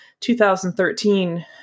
2013